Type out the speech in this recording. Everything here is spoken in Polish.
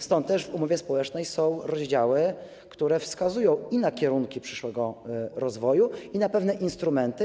Stąd też w umowie społecznej są rozdziały, które wskazują i na kierunki przyszłego rozwoju, i na pewne instrumenty.